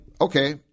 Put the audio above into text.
okay